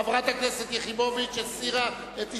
חברת הכנסת יחימוביץ הסירה את הסתייגותה.